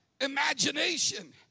imagination